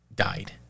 died